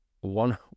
One